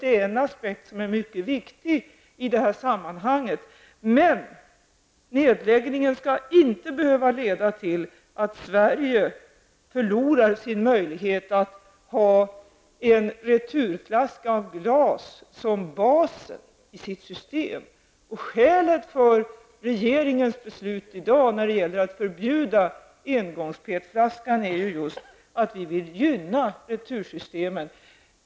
Det är en aspekt som är mycket viktig i det här sammanhanget. Men nedläggningen skall inte behöva leda till att Sverige förlorar sin möjlighet att ha en returflaska av glas som basen i sitt system. Skälet till det beslut som regeringen i dag har fattat om att förbjuda engångs-PET-flaskan är just att vi vill gynna retursystemet.